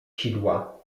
sidła